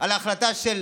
על ההחלטה של